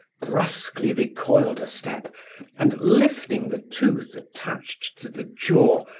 brusquely recoiled a step and, lifting the tooth attached to the jaw,